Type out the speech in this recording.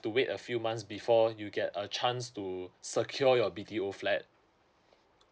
to wait a few months before you get a chance to secure your B_TO flat